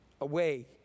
away